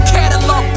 Catalog